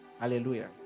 Hallelujah